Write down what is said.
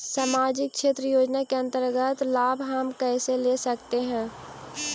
समाजिक क्षेत्र योजना के अंतर्गत लाभ हम कैसे ले सकतें हैं?